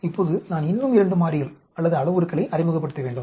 இப்போது நான் இன்னும் 2 மாறிகள் அல்லது அளவுருக்களை அறிமுகப்படுத்த வேண்டும்